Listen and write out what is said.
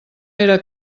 era